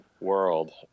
world